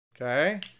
okay